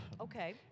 Okay